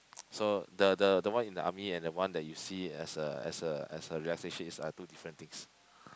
so the the one you see in the army and the one you see as a as a as is two different things